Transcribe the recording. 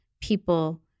people